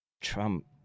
Trump